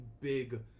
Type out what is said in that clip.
big